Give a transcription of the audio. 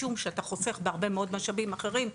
משום שאתה חוסך בהרבה מאוד משאבים אחרים,